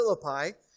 Philippi